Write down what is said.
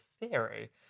theory